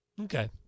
Okay